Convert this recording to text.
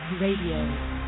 Radio